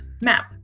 Map